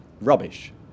Rubbish